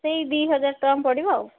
ସେଇ ଦୁଇ ହଜାର ଟଙ୍କା ପଡ଼ିବ